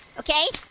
okay,